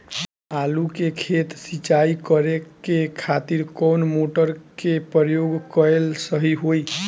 आलू के खेत सिंचाई करे के खातिर कौन मोटर के प्रयोग कएल सही होई?